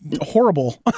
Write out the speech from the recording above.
horrible